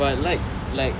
but like like